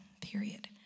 Period